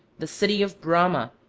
the city of brahma,